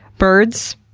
birds.